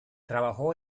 trabajó